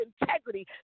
integrity